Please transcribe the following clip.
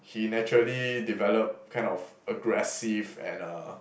he naturally develop kind of aggressive and uh